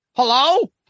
Hello